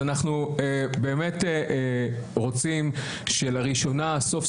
אנחנו באמת רוצים שלראשונה סוף,